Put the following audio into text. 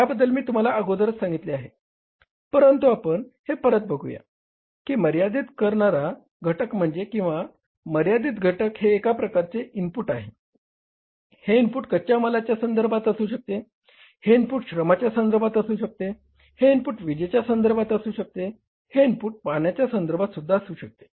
याबद्दल मी तुम्हाला अगोदरच सांगितले आहे परंतु आपण हे परत बघूया की मर्यादित करणारा घटक म्हणजे की किंवा मर्यादित घटक हे एक प्रकारचे इनपुट आहे हे इनपुट कच्या मालाच्या संधर्भात असू शकते हे इनपुट श्रमाच्या संधर्भात असू शकते हे इनपुट विजेच्या संधर्भात असू शकते हे इनपुट पाण्याच्या संधर्भात असू शकते